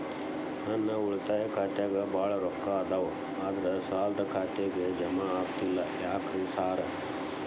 ನನ್ ಉಳಿತಾಯ ಖಾತ್ಯಾಗ ಬಾಳ್ ರೊಕ್ಕಾ ಅದಾವ ಆದ್ರೆ ಸಾಲ್ದ ಖಾತೆಗೆ ಜಮಾ ಆಗ್ತಿಲ್ಲ ಯಾಕ್ರೇ ಸಾರ್?